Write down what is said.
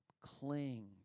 cling